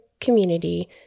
community